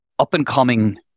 up-and-coming